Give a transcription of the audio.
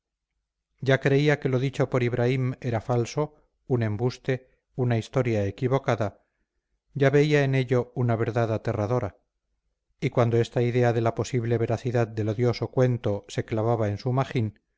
ya creía que lo dicho por ibraim era falso un embuste una historia equivocada ya veía en ello una verdad aterradora y cuando esta idea de la posible veracidad del odioso cuento se clavaba en su magín